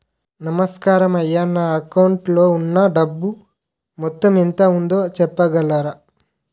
నమస్కారం అయ్యా నా అకౌంట్ లో ఉన్నా డబ్బు మొత్తం ఎంత ఉందో చెప్పగలరా?